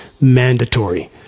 mandatory